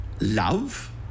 Love